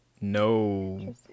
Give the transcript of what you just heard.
No